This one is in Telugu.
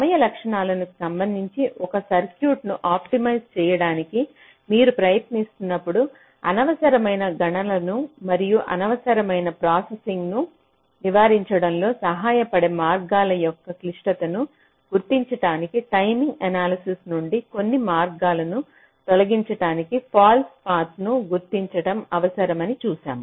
సమయ లక్షణాలకు సంబంధించి ఒక సర్క్యూట్ ను ఆప్టిమైజ్ చేయడానికి మీరు ప్రయత్నిస్తున్నప్పుడు అనవసరమైన గణనలను మరియు అనవసరమైన ప్రాసెసింగ్ను నివారించడంలో సహాయపడే మార్గాల యొక్క క్లిష్టతను గుర్తించడానికి టైమింగ్ ఎనాలసిస్ నుండి కొన్ని మార్గాలను తొలగించడానికి ఫాల్స్ పాత్లను గుర్తించడం అవసరమని చూశాము